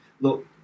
Look